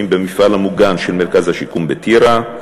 במפעל המוגן של מרכז השיקום בטירה.